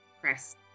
press